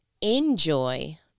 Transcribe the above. Enjoy